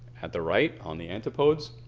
at the right on the antipodes.